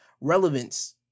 relevance